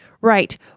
Right